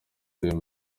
ariyo